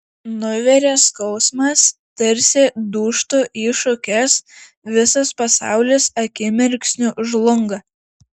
nuveria skausmas tarsi dūžtu į šukes visas pasaulis akimirksniu žlunga